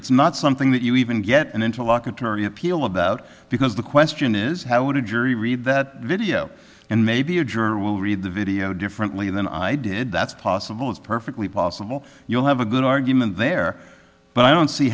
it's not something that you even get an interlocutory appeal about because the question is how would a jury read that video and maybe a jury will read the video differently than i did that's possible is perfectly possible you'll have a good argument there but i don't see